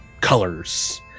colors